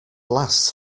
lasts